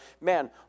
man